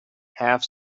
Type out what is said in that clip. half